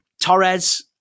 Torres